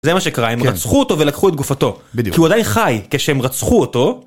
זה מה שקרה, הם רצחו אותו ולקחו את גופתו, כי הוא עדיין חי כשהם רצחו אותו.